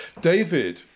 David